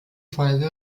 folge